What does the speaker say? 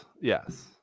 Yes